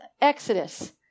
Exodus